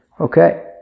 Okay